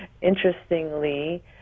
interestingly